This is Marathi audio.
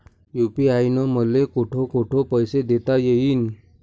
यू.पी.आय न मले कोठ कोठ पैसे देता येईन?